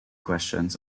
questions